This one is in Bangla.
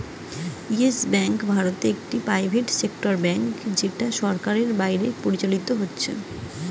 ইয়েস বেঙ্ক ভারতে একটি প্রাইভেট সেক্টর ব্যাঙ্ক যেটা সরকারের বাইরে পরিচালিত হতিছে